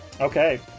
Okay